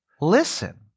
Listen